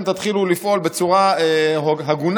תודה רבה.